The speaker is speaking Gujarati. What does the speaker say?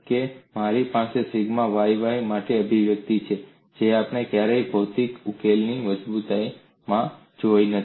કે મારી પાસે સિગ્મા yy માટે અભિવ્યક્તિ છે જે આપણે ક્યારેય ભૌતિક ઉકેલની મજબૂતાઈમાં જોઈ નથી